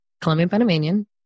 Colombian-Panamanian